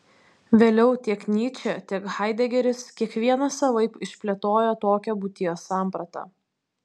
vėliau tiek nyčė tiek haidegeris kiekvienas savaip išplėtojo tokią būties sampratą